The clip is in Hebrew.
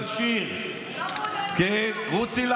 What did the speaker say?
לא מעוניינת לשמוע, מיכל שיר, רוצי לחניון.